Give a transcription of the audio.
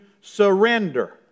surrender